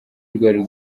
rwari